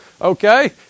Okay